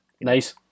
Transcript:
Nice